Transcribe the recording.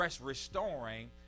Restoring